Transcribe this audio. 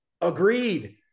Agreed